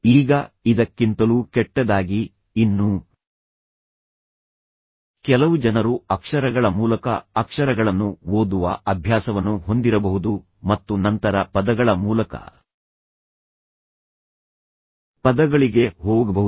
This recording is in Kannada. ಈಗ ಇದಕ್ಕಿಂತಲೂ ಕೆಟ್ಟದಾಗಿ ಇನ್ನೂ ಕೆಲವು ಜನರು ಅಕ್ಷರಗಳ ಮೂಲಕ ಅಕ್ಷರಗಳನ್ನು ಓದುವ ಅಭ್ಯಾಸವನ್ನು ಹೊಂದಿರಬಹುದು ಮತ್ತು ನಂತರ ಪದಗಳ ಮೂಲಕ ಪದಗಳಿಗೆ ಹೋಗಬಹುದು